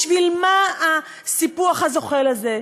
בשביל מה הסיפוח הזוחל הזה?